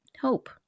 Hope